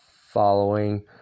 following